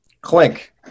Clink